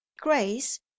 Grace